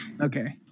Okay